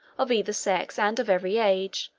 of either sex and of every age,